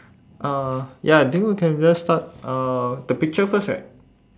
uh ya I think we can just start uh the picture first right